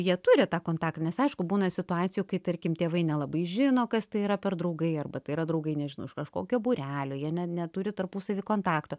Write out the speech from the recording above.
jie turi tą kontaktą nes aišku būna situacijų kai tarkim tėvai nelabai žino kas tai yra per draugai arba tai yra draugai nežinau iš kažkokio būrelio jie ne neturi tarpusavy kontakto